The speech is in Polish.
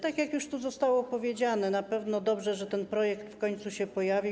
Tak jak już tu zostało powiedziane, na pewno dobrze, że ten projekt w końcu się pojawił.